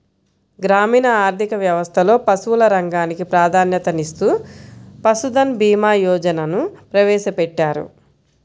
గ్రామీణ ఆర్థిక వ్యవస్థలో పశువుల రంగానికి ప్రాధాన్యతనిస్తూ పశుధన్ భీమా యోజనను ప్రవేశపెట్టారు